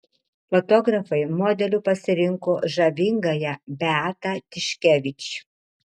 fotografai modeliu pasirinko žavingąją beatą tiškevič